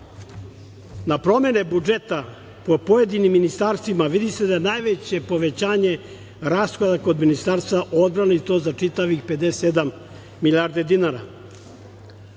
promene budžeta po pojedinim ministarstvima vidi se da je najveće povećanje rashoda kod Ministarstva odbrane, i to za čitavih 57 milijarde dinara.